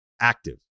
Active